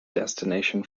destination